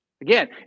Again